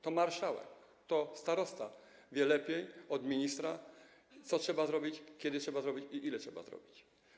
To marszałek, to starosta lepiej od ministra wie, co trzeba zrobić, kiedy trzeba zrobić i ile trzeba zrobić.